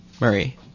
Murray